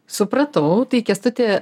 supratau tai kęstuti